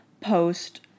post